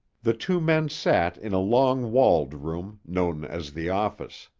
the two men sat in a log-walled room, known as the office.